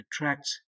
attracts